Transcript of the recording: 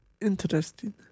Interesting